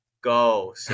go